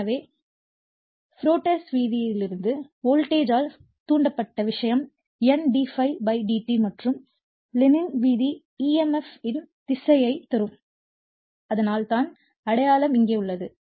எனவே ஃபாரடேஸ் விதியிலிருந்து வோல்டேஜ் ஆல் தூண்டப்பட்ட விஷயம் N d∅ dt மற்றும் லென்ஸின் விதி EMF இன் திசையைத் தரும் அதனால்தான் அடையாளம் இங்கே உள்ளது